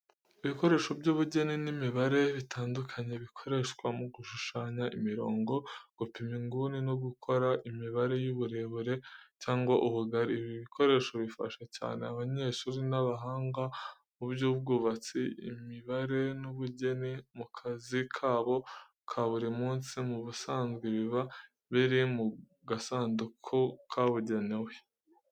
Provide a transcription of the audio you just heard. Ibikoresho by’ubugeni n’imibare bitandukanye, bikoreshwa mu gushushanya imirongo, gupima inguni no gukora imibare y’uburebure cyangwa ubugari. Ibi bikoresho bifasha cyane abanyeshuri n’abahanga mu by’ubwubatsi, imibare n’ubugeni mu kazi kabo ka buri munsi. Mu busanzwe biba biri mu gasanduku kabugenewe.